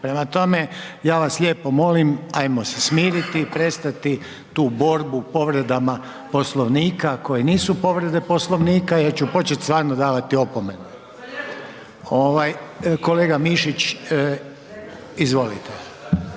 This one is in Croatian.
prema tome ja vas lijepo molim ajmo se smiriti i prestati tu borbu povredama Poslovnika, koje nisu povrede Poslovnika. Ja ću početi stvarno davati opomene. Ovaj, kolega Mišić izvolite.